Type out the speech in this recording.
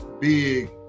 Big